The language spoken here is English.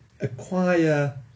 acquire